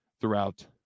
throughout